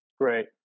Great